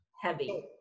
Heavy